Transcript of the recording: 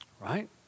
right